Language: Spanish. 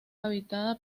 habitada